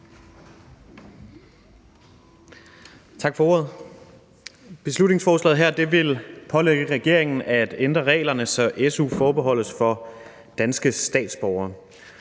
Tak for ordet. Beslutningsforslaget her vil pålægge regeringen at ændre reglerne, så su forbeholdes danske statsborgere.